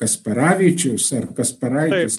kasparavičius ar kasparaitis